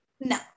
no